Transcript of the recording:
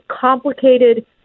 complicated